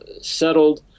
settled